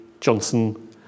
Johnson